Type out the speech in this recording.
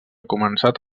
començat